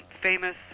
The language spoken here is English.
famous